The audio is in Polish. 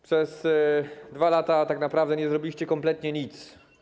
Przez 2 lata tak naprawdę nie zrobiliście kompletnie nic.